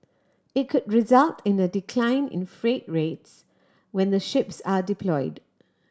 it could result in a decline in freight rates when the ships are deployed